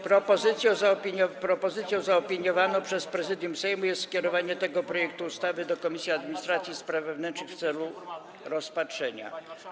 Propozycją zaopiniowaną przez Prezydium Sejmu jest skierowanie tego projektu ustawy do Komisji Administracji i Spraw Wewnętrznych w celu rozpatrzenia.